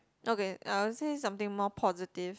okay I would say something more positive